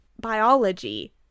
biology